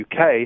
UK